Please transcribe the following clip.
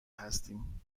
هستیم